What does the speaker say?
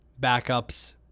backups